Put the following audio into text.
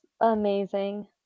amazing